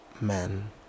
men